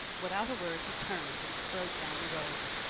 without a word he turned and strode down the road.